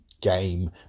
game